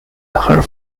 her